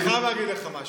אני חייב להגיד לך משהו.